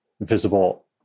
visible